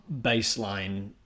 baseline